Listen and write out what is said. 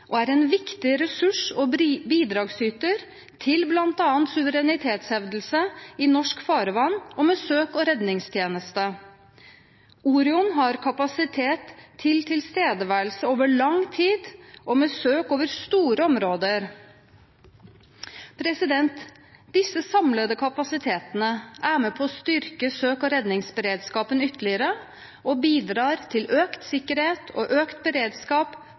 og er en viktig ressurs og bidragsyter til bl.a. suverenitetshevdelse i norsk farvann og med søk og redningstjeneste. Orion har kapasitet til tilstedeværelse over lang tid og med søk over store områder. Disse samlede kapasitetene er med på å styrke søk- og redningsberedskapen ytterligere og bidrar til økt sikkerhet og økt beredskap